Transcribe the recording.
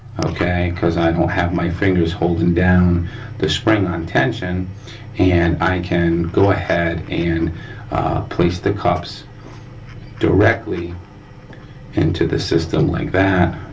okay, cause i don't have my fingers holding down the spring on tension and i can go ahead and place the cups directly into the system like that,